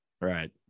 Right